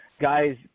Guys